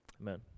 Amen